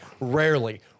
Rarely